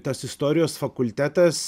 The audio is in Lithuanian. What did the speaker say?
tas istorijos fakultetas